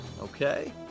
okay